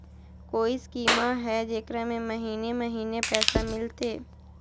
कोइ स्कीमा हय, जेकरा में महीने महीने पैसा मिलते?